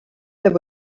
there